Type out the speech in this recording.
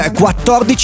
14